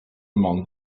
among